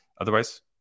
Otherwise